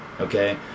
Okay